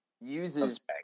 uses